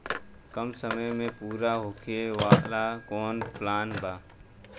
कम समय में पूरा होखे वाला कवन प्लान बा?